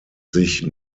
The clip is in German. sich